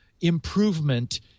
improvement